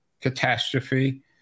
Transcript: catastrophe